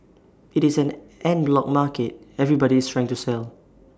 IT is an en bloc market everybody is trying to sell